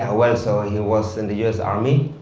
ah well, so, he was in the us army,